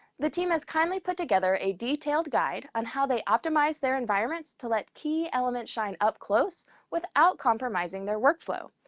the team has kindly put together a detailed guide on how they optimize their environments to let key elements shine up close without compromising their workflow.